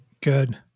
Good